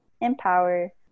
empower